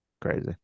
crazy